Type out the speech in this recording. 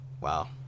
wow